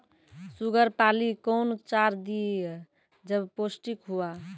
Sugar पाली कौन चार दिय जब पोस्टिक हुआ?